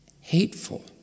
hateful